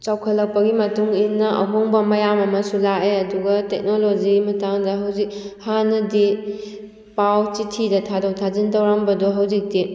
ꯆꯥꯎꯈꯠꯂꯛꯄꯒꯤ ꯃꯇꯨꯡꯏꯟꯅ ꯑꯍꯣꯡꯕ ꯃꯌꯥꯝ ꯑꯃꯁꯨ ꯂꯥꯛꯑꯦ ꯑꯗꯨꯒ ꯇꯦꯛꯅꯣꯂꯣꯖꯤ ꯃꯇꯥꯡꯗ ꯍꯧꯖꯤꯛ ꯍꯥꯟꯅꯗꯤ ꯄꯥꯎ ꯆꯤꯊꯤꯗ ꯊꯥꯗꯣꯛ ꯊꯥꯖꯤꯟ ꯇꯧꯔꯝꯕꯗꯣ ꯍꯧꯖꯤꯛꯇꯤ